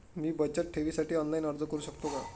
मी बचत ठेवीसाठी ऑनलाइन अर्ज करू शकतो का?